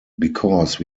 because